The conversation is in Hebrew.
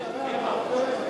מוצרי המאפה,